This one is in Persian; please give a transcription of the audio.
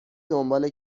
دنبال